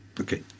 Okay